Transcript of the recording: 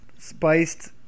Spiced